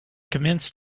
commenced